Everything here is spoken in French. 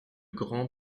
grand